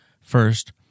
First